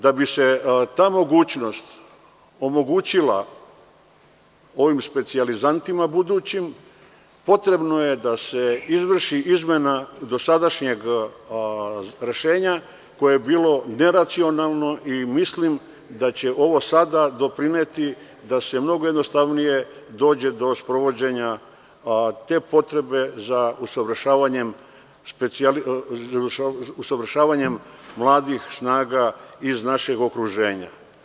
Da bi se ta mogućnost omogućila ovim specijalizantima budućim potrebno je da se izvrši izmena dosadašnjeg rešenja koje bilo neracionalno i mislim da će ovo sada doprineti da se mnogo jednostavnije dođe do sprovođenja te potrebe za usavršavanjem mladih snaga iz našeg okruženja.